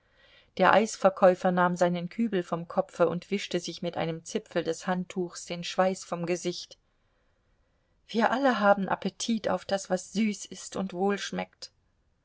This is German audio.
der eisverkäufer nahm seinen kübel vom kopfe und wischte sich mit einem zipfel des handtuchs den schweiß vom gesicht wir alle haben appetit auf das was süß ist und